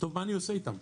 טוב, מה אני עושה איתם?